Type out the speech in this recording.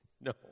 No